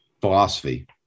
philosophy